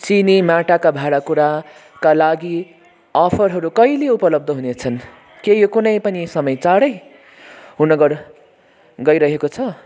चिनी माटाको भाँडाकुँडाका लागि अफरहरू कहिले उपलब्ध हुनेछन् के यो कुनै पनि समय चाँडै हुनु गड गइरहेको छ